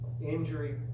injury